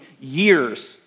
years